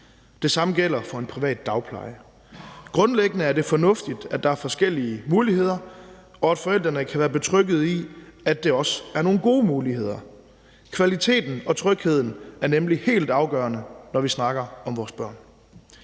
Det samme gælder for en privat dagpleje. Grundlæggende er det fornuftigt, at der er forskellige muligheder, og at forældrene kan være betrygget i, at det også er nogle gode muligheder. Kvaliteten og trygheden er nemlig helt afgørende, når vi snakker om vores børn.